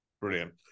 Brilliant